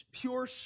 pure